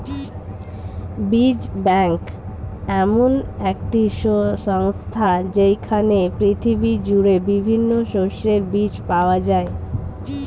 বীজ ব্যাংক এমন একটি সংস্থা যেইখানে পৃথিবী জুড়ে বিভিন্ন শস্যের বীজ পাওয়া যায়